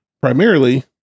primarily